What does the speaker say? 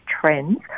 trends